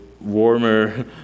warmer